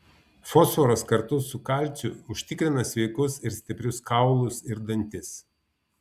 fosforas kartu su kalciu užtikrina sveikus ir stiprius kaulus ir dantis